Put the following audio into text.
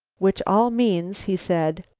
which all means, he said,